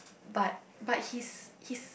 but but he's he's